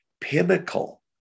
Pinnacle